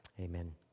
Amen